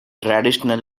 traditional